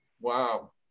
Wow